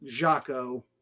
Jaco